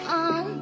on